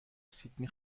سیدنی